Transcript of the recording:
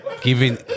giving